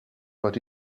but